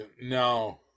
No